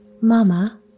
Mama